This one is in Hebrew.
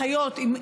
עם האחיות,